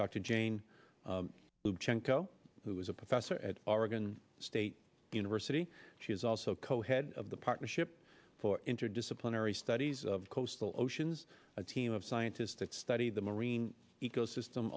dr jane lubchenco who is a professor at oregon state university she is also co head of the partnership for interdisciplinary studies of coastal oceans a team of scientists that study the marine ecosystem